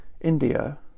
india